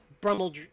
Brummel